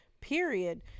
period